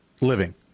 living